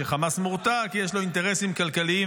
שחמאס מורתע כי יש לו אינטרסים כלכליים